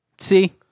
see